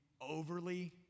overly